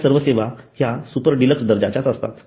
या सर्व सेवा ह्या सुपर डिलक्स दर्जाच्याच असतात